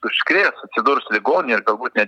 užkrės atsidurs ligoninėj ar galbūt net